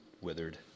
withered